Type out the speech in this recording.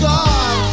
God